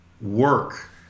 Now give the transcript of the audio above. work